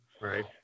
right